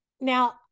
Now